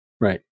Right